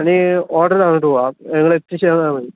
അത് ഓർഡർ തന്നിട്ടു പോവാം നിങ്ങളെത്തിച്ചു തന്നാൽമതി